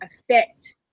affect